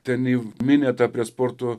tenai mianią tą prie sporto